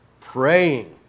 Praying